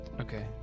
Okay